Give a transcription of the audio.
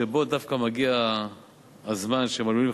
שבו דווקא מגיע הזמן שהם עלולים,